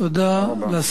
תודה לשר מיכאל איתן.